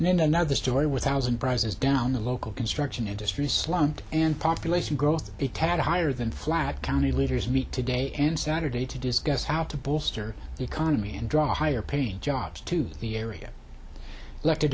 and then another story with thousand prizes down the local construction industry slump and population growth a tad higher than flack county leaders meet today and saturday to discuss how to bolster the economy and draw higher paying jobs to the area